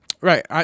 Right